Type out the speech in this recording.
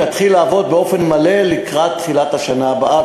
תתחיל לעבוד באופן מלא לקראת תחילת השנה הבאה.